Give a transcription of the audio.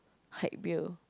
hike beer